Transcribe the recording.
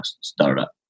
startup